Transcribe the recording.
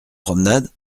promenade